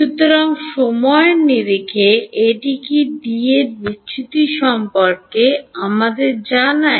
সুতরাং সময়ের নিরিখে এটি কী ডি এর বিচ্যুতি সম্পর্কে আমাদের জানায়